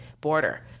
border